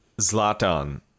Zlatan